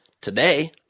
today